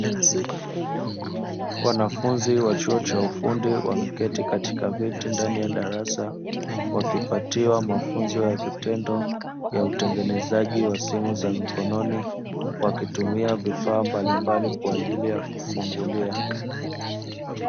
Wanafunzi wa chuo cha ufundi wameketi katika viti ndani ya darasa wakipatiwa mafunzo ya vitendo ya utengenezaji wa simu za mikononi wakitumia vifaa mbalimbali kwa ajili ya kufungulia.